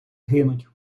гинуть